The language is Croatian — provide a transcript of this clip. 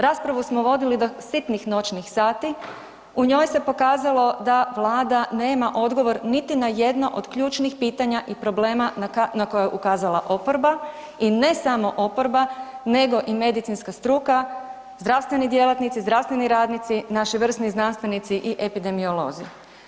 Raspravu smo vodili do sitnih noćnih sati u njoj se pokazalo da Vlada nema odgovor niti na jedno od ključnih pitanja i problema na koja je ukazala oporba i ne samo oporba nego i medicinska struka, zdravstveni djelatnici, zdravstveni radnici, naši vrsni znanstvenici i epidemiolozi.